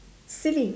silly